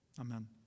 Amen